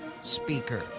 speaker